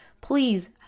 please